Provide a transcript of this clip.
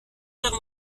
faire